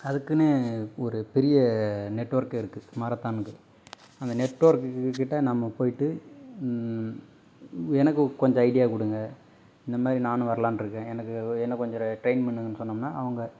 அதுக்குன்னு ஒரு பெரிய நெட்ஒர்க்கு இருக்கு மாரத்தான்க்கு அந்த நெட்ஒர்க்குக்கிட்ட நம்ம போயிவிட்டு எனக்கு கொஞ்சம் ஐடியா கொடுங்க இந்த மாதிரி நானும் வரலான்னு இருக்கேன் எனக்கு என்ன கொஞ்சம் ரெ ட்ரெயின் பண்ணுங்கன்னு சொன்னோம்னா அவங்க